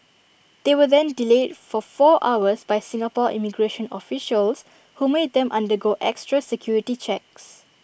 they were then delayed for four hours by Singapore immigration officials who made them undergo extra security checks